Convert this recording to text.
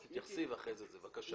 בבקשה.